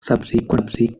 subsequently